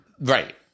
Right